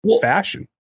fashion